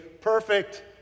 perfect